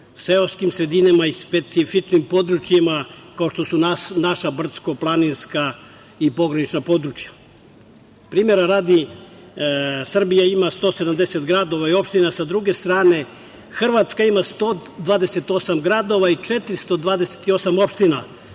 seoskim sredinama i specifičnim područjima, kao što su naša brdsko-planinska i pogranična područja? Primera radi, Srbija ima 170 gradova i opština. Sa druge strane, Hrvatska ima 128 gradova i 428 opština,